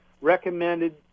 recommended